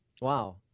Wow